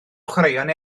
chwaraeon